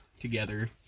together